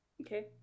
Okay